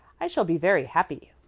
i shall be very happy.